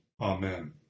Amen